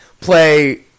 play